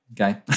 Okay